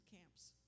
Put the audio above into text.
camps